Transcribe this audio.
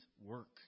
work